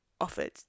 offered